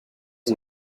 and